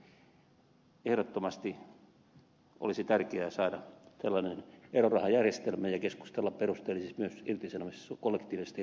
ehdottomasti olisi tärkeää saada tällainen erorahajärjestelmä ja keskustella perusteellisesti joskin kesämessu kolme piste